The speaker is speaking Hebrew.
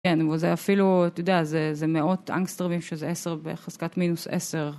כן, וזה אפילו, אתה יודע, זה מאות אנגסטרבים שזה 10 בחזקת מינוס 10.